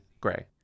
Gray